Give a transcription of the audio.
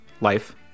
life